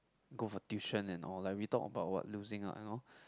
go for tuition and all like we talk about what losing out and all